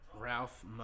Ralph